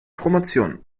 promotion